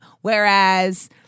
Whereas